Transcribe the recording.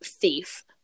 thief